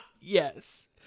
Yes